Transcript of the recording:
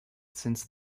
since